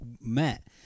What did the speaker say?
met